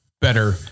better